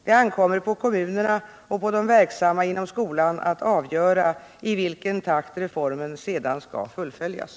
Det ankommer på kommunerna och på de verksamma inom skolan att avgöra i vilken takt reformen sedan skall fullföljas.